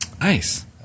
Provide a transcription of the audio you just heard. Nice